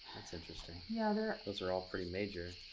that's interesting. yeah, they're those are all pretty major.